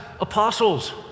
apostles